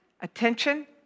attention